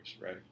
right